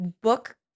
book